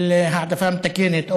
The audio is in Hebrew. של העדפה מתקנת,